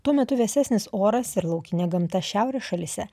tuo metu vėsesnis oras ir laukinė gamta šiaurės šalyse